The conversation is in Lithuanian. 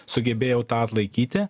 sugebėjau tą atlaikyti